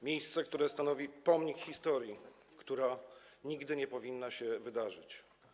Miejsce, które stanowi pomnik historii, która nigdy nie powinna się wydarzyć.